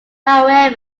however